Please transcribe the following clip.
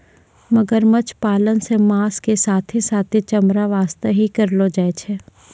मगरमच्छ पालन सॅ मांस के साथॅ साथॅ चमड़ा वास्तॅ ही करलो जाय छै